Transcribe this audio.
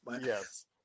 Yes